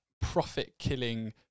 profit-killing